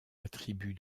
attribue